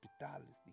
hospitality